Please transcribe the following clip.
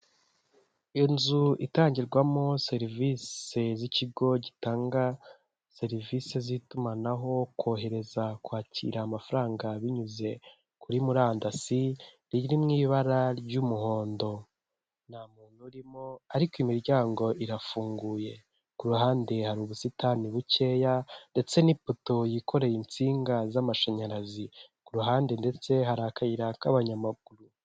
Inzu itangirwamo serivise z'ikigo gitanga serivise z'itumanaho, kohereza kwakira amafaranga binyuze kuri murandasi, iri mu ibara ry'umuhondo nta muntu urimo, ariko imiryango irafunguye. Ku ruhande hari ubusitani bukeya, ndetse n'ipoto yikoreye insinga z'amashanyarazi, ku ruhande ndetse hari akayira k'abanyamaguru.